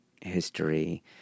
history